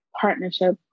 partnership